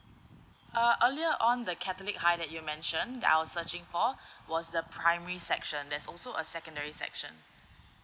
uh earlier on the catholic high that you mention that I was searching for was the primary section there's also a secondary section